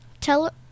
Tell